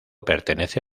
pertenece